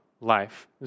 life